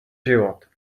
život